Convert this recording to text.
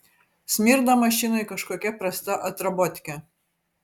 smirda mašinoj kažkokia prasta atrabotke